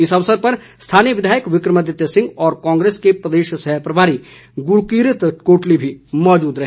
इस अवसर पर स्थानीय विधायक विक्रमादित्य सिंह और कांग्रेस के प्रदेश सहप्रभारी गुरूकीरत कोटली भी मौजूद रहे